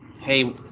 hey